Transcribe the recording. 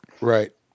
Right